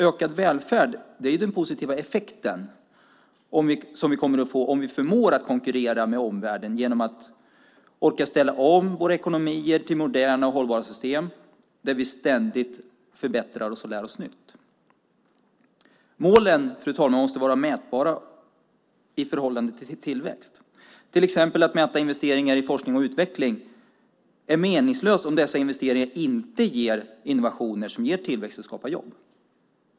Ökad välfärd är den positiva effekt vi får om vi förmår konkurrera med omvärlden genom att orka ställa om våra ekonomier till moderna och hållbara system där vi ständigt förbättrar oss och lär oss nytt. Målen, fru talman, måste vara mätbara i förhållande till tillväxten. Att exempelvis mäta investeringar i forskning och utveckling är meningslöst om dessa investeringar inte leder till innovationer som ger tillväxt och skapar jobb.